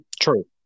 True